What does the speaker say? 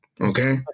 Okay